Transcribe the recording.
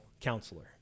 counselor